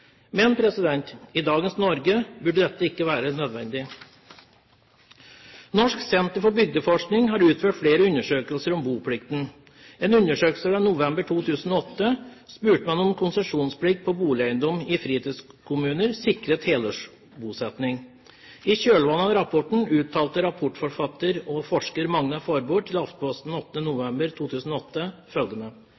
Men i dagens Norge burde dette ikke være nødvendig. Norsk senter for bygdeforskning har utført flere undersøkelser om boplikten. I en undersøkelse fra november 2008 spurte man om konsesjonsplikt på boligeiendom i fritidskommuner sikrer helårsbosetting. I kjølvannet av rapporten uttalte rapportforfatter og forsker Magnar Forbord til